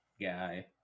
guy